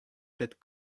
pet